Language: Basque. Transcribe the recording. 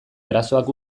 arazoak